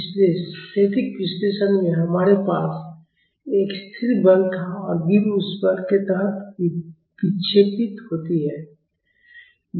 इसलिए स्थैतिक विश्लेषण में हमारे पास एक स्थिर बल था और बीम उस बल के तहत विक्षेपित होती है